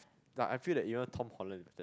like I feel that even Tom-Holland